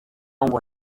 ngo